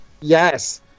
Yes